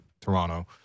toronto